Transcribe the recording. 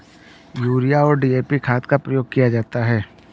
urea और DAP खाद का प्रयोग किया जाता है